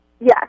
Yes